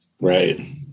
Right